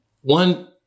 one